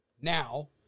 now